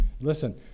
listen